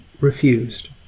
refused